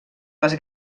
les